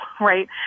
right